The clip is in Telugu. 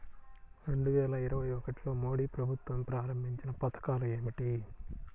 రెండు వేల ఇరవై ఒకటిలో మోడీ ప్రభుత్వం ప్రారంభించిన పథకాలు ఏమిటీ?